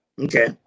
Okay